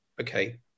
okay